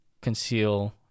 conceal